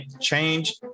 change